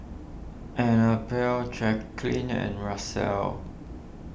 Annabelle Jaclyn and Russell